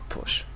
Push